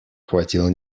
хватило